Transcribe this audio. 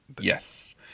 Yes